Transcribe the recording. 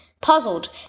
Puzzled